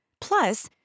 Plus